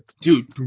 dude